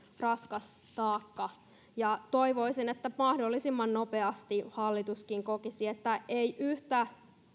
raskas taakka toivoisin että mahdollisimman nopeasti hallituskin kokisi että ei yhtä